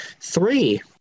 Three